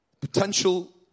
Potential